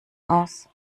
aus